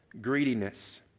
greediness